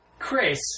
Chris